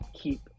keep